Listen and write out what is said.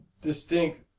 distinct